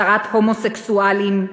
הדרת הומוסקסואלים,